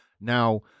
Now